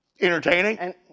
Entertaining